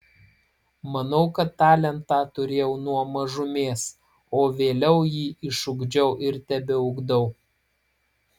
manau kad talentą turėjau nuo mažumės o vėliau jį išugdžiau ir tebeugdau